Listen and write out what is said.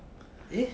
eh